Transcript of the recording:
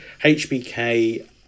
HBK